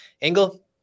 Engel